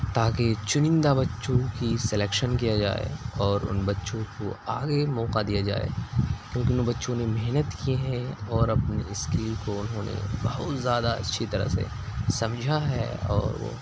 تاکہ چنندہ بچوں کی سلیکشن کیا جائے اور ان بچوں کو آگے موقع دیا جائے کیونکہ ان بچوں نے محنت کی ہیں اور اپنے اسکل کو انہوں نے بہت زیادہ اچھی طرح سے سمجھا ہے اور وہ